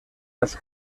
las